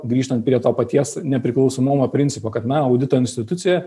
grįžtant prie to paties nepriklausomumo principo kad na audito institucija